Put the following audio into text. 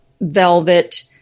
velvet